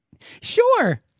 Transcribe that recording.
sure